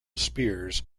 spears